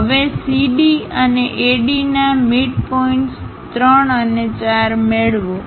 હવે CD અને AD ના મિડપોઇન્ટ્સ 3 અને 4 મેળવો